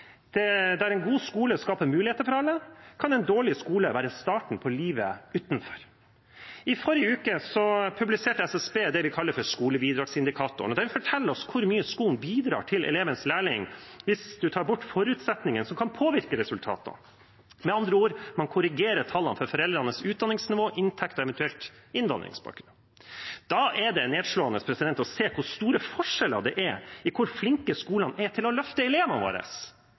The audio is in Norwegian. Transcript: liv. Der en god skole skaper muligheter for alle, kan en dårlig skole være starten på livet utenfor. I forrige uke publiserte SSB det vi kaller for skolebidragsindikatoren. Den forteller oss hvor mye skolen bidrar til elevens læring hvis man tar bort forutsetninger som kan påvirke resultatene, med andre ord korrigerer man tallene for foreldrenes utdanningsnivå, inntekter og eventuelle innvandringsbakgrunn. Da er det nedslående å se hvor store forskjeller det er i hvor flinke skolene er til å løfte elevene.